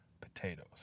potatoes